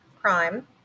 crime